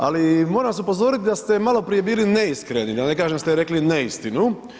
Ali moram vas upozoriti da ste maloprije bili neiskreni, da ne kažem da ste rekli neistinu.